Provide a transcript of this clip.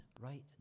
right